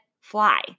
fly